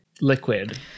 liquid